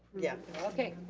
yeah. okay.